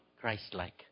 Christ-like